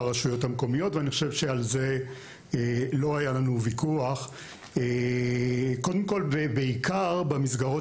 שעל כך לא היה לנו ויכוח ובעיקר במסגרות